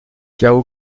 cao